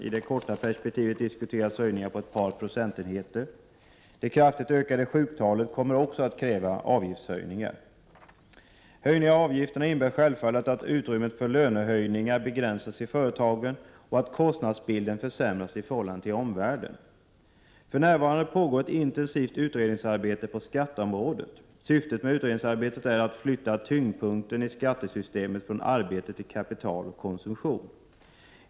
I det korta perspektivet diskuteras höjningar på ett par procenten heter. Det kraftigt ökade sjuktalet kommer också att kräva avgiftshöjningar. Höjningar av avgifterna innebär självfallet att utrymmet för lönehöjningar begränsas i företagen och att kostnadsbilden försämras i förhållande till omvärlden. För närvarande pågår ett intensivt utredningsarbete på skatteområdet. Syftet med utredningsarbetet är att flytta tyngdpunkten i skattesystemet från arbete till kapital och konsumtion.